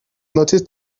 noticed